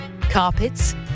carpets